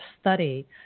study